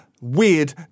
Weird